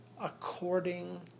according